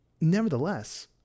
nevertheless